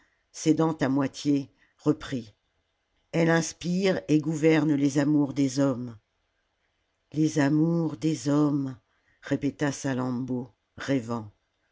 schahabarim cédant à moitié reprit elle inspire et gouverne les amours des hommes les amours des hommes répéta salammbô rêvant